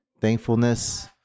thankfulness